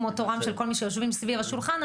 כמו תורם של כל מי שיושבים סביב השולחן,